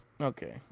Okay